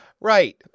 Right